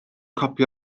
copi